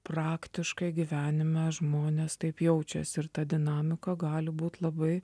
praktiškai gyvenime žmonės taip jaučiasi ir ta dinamika gali būt labai